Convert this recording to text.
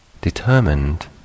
determined